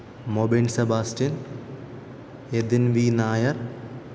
Mobin Sebastian Yathun V Nair